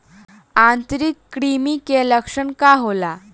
आंतरिक कृमि के लक्षण का होला?